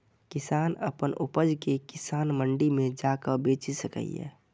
किसान अपन उपज कें किसान मंडी मे जाके बेचि सकैए